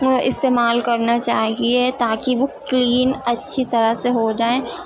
استعمال کرنا چاہیے تاکہ وہ کلین اچھی طرح سے ہو جائیں